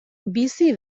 bizi